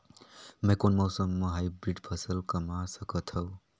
मै कोन मौसम म हाईब्रिड फसल कमा सकथव?